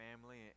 family